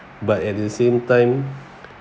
but at the same time